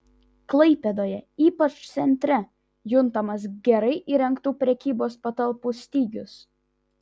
klaipėdoje ypač centre juntamas gerai įrengtų prekybos patalpų stygius